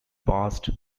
passed